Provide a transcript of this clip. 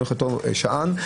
לאותו שען,